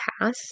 pass